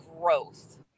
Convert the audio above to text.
growth